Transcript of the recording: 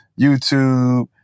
YouTube